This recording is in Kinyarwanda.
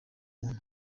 muntu